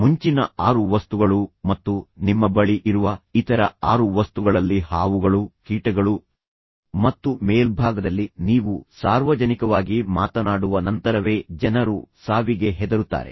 ಮುಂಚಿನ ಆರು ವಸ್ತುಗಳು ಮತ್ತು ನಿಮ್ಮ ಬಳಿ ಇರುವ ಇತರ ಆರು ವಸ್ತುಗಳಲ್ಲಿ ಹಾವುಗಳು ಕೀಟಗಳು ಮತ್ತು ಮೇಲ್ಭಾಗದಲ್ಲಿ ನೀವು ಸಾರ್ವಜನಿಕವಾಗಿ ಮಾತನಾಡುವ ನಂತರವೇ ಜನರು ಸಾವಿಗೆ ಹೆದರುತ್ತಾರೆ